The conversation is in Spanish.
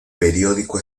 periódico